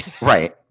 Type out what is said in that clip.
right